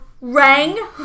rang